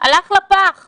כי